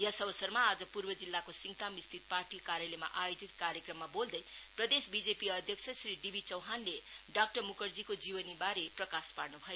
यस अवसरमा आज पूर्व जिल्लाको सिङताम स्थित पार्टी कार्यलयमा आयोजित कार्यक्रममा बोल्दै प्रदेश बीजेपी अध्यक्ष श्री डीबी चौहानले डाक्टर मुखर्जीको जीवनीमाथि प्रकाश पार्नु भयो